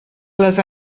les